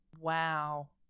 Wow